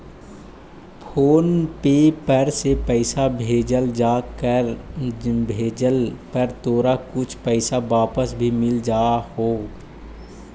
phone पे पर से पईसा भेजला पर तोरा कुछ पईसा वापस भी मिल जा हो